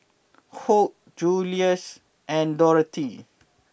Hoke Juluis and Dorathy